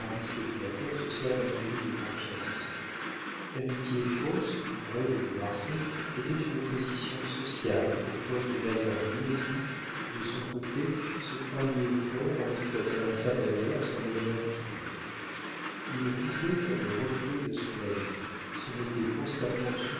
spéculateur se sert d'un commis de confiance l'amitié fausse ou vraie de de marsay était une position sociale pour paul de manerville qui de son côté se croyait fort en exploitant à sa manière son ami intime il vivait dans le reflet de son ami se mettait constamment